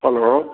hello